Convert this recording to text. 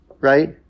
right